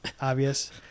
obvious